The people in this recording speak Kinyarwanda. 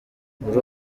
muri